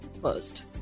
Closed